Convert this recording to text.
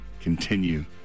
continue